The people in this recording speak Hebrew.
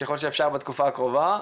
ככל האפשר בתקופה הקרובה,